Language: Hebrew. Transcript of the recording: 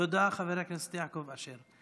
תודה, חבר הכנסת יעקב אשר.